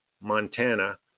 Montana